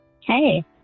hey